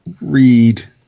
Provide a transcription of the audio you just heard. read